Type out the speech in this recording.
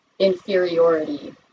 inferiority